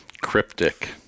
Cryptic